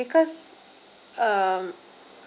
because um